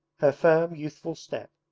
her firm youthful step,